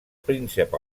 príncep